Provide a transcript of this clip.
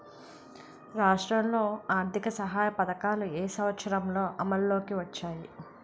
రాష్ట్రంలో ఆర్థిక సహాయ పథకాలు ఏ సంవత్సరంలో అమల్లోకి వచ్చాయి?